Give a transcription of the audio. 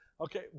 Okay